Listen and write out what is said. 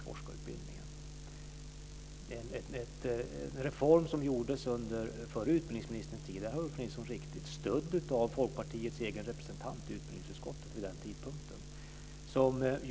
Det är en reform som gjordes under den förre utbildningsministerns tid, stödd av Folkpartiets egen representant i utbildningsutskottet vid denna tidpunkt, det har Ulf Nilsson helt rätt i.